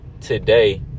today